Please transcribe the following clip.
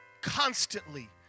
constantly